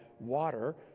water